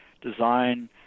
design